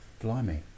Blimey